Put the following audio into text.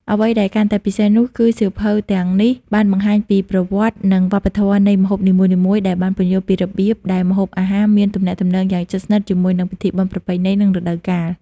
អ្វីដែលកាន់តែពិសេសនោះ គឺសៀវភៅទាំងនេះបានបង្ហាញពី ប្រវត្តិ និងវប្បធម៌ នៃម្ហូបនីមួយៗ និងបានពន្យល់ពីរបៀបដែលម្ហូបអាហារមានទំនាក់ទំនងយ៉ាងជិតស្និទ្ធជាមួយនឹងពិធីបុណ្យប្រពៃណី និងរដូវកាល។